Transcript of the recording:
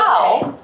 Okay